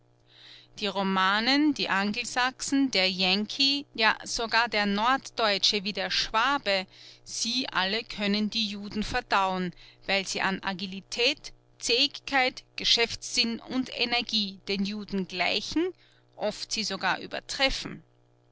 die romanen die angelsachsen der yankee ja sogar der norddeutsche wie der schwabe sie alle können die juden verdauen weil sie an agilität zähigkeit geschäftssinn und energie den juden gleichen oft sie sogar übertreffen